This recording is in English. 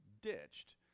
ditched